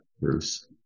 Bruce